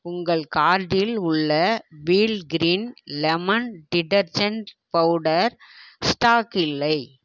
உங்கள் கார்ட்டில் உள்ள wheel green lemon detergent powder stock இல்லை